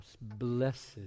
blessed